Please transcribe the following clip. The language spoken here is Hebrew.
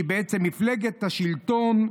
שהיא בעצם מפלגת השלטון,